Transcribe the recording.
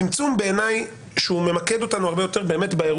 זה בעיניי צמצום שהוא ממקד אותנו הרבה יותר באירוע